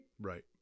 Right